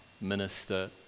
minister